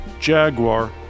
Jaguar